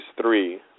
three